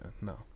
no